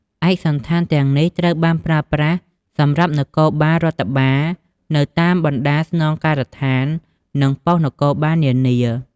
ឯកសណ្ឋានទាំងនេះត្រូវបានប្រើប្រាស់សម្រាប់នគរបាលរដ្ឋបាល នៅតាមបណ្តាស្នងការដ្ឋាន និងប៉ុស្តិ៍នគរបាលនានា។